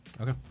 Okay